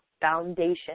foundation